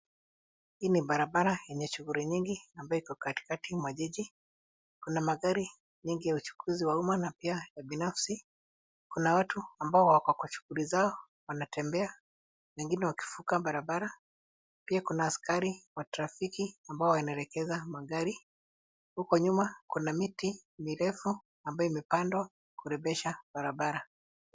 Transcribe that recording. Hii ni barabara yenye shughuli nyingi ambayo iko katikati mwa jiji. Kuna magari nyingi ya uchukuzi wa umma na pia ya binafsi. Kuna watu ambao wako kwa shughuli zao wanatembea, wengine wakivuka barabara. Pia kuna askari wa trafiki ambao wanaelekeza magari. Huko nyuma kuna miti mirefu ambayo imepandwa kurembesha barabara.